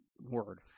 word